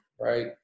right